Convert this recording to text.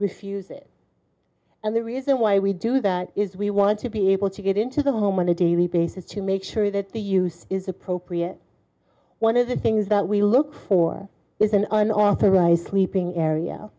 refuse it and the reason why we do that is we want to be able to get into the home on a daily basis to make sure that the use is appropriate one of the things that we look for is an unauthorized sleeping area